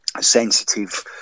sensitive